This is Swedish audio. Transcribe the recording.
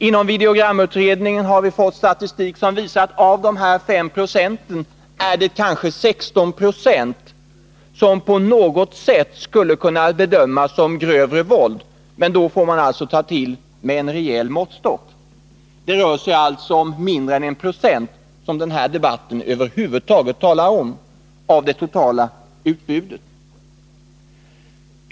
Inom videogramutredningen har vi kunnat ta del av statistik som visar att av de här 5 procenten är det kanske 16 20 som på något sätt skulle kunna bedömas som grövre våld. Men då får man ta till en rejäl måttstock. Den här debatten gäller alltså en videogramform som utgör mindre än 1 90 av det totala utbudet.